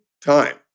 time